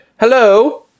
hello